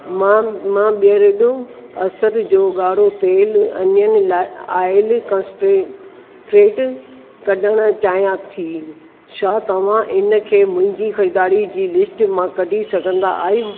मां मां बीयरडो बसर जो ॻाढ़ो तेलु अनियन ऑइल कंसन्ट्रेट कढणु चाहियां थी छा तव्हां इन खे मुंहिंजी ख़रीदारी जी लिस्ट मां कढी सघंदा आहियो